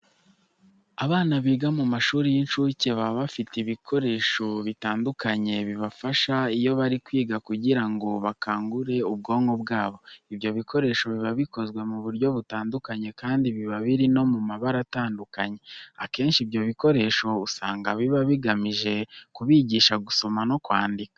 Abana biga mu mashuri y'incuke baba bafite ibikorasho bitandukanye bibafasha iyo bari kwiga kugira ngo bakangure ubwonko bwabo. Ibyo bikoresho biba bikozwe mu buryo butandukanye kandi biba biri no mu mabara atandukanye. Akenshi ibyo bikoresho usanga biba bigamije kubigisha gusoma no kwandika.